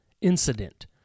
incident